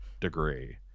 degree